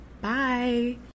Bye